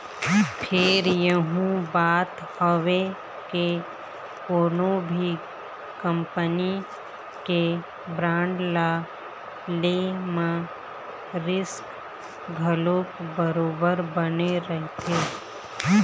फेर यहूँ बात हवय के कोनो भी कंपनी के बांड ल ले म रिस्क घलोक बरोबर बने रहिथे